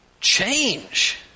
change